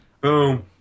Boom